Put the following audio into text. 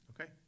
okay